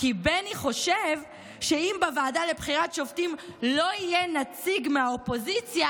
כי בני חושב שאם בוועדה לבחירת שופטים לא יהיה נציג מהאופוזיציה,